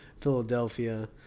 Philadelphia